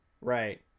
right